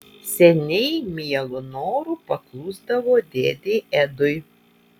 seniai mielu noru paklusdavo dėdei edui